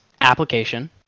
application